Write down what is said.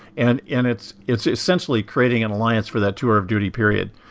and and it's it's essentially creating an alliance for that tour of duty period.